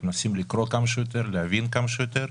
אנחנו מנסים לקרוא כמה שיותר, להבין כמה שיותר,